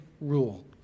rule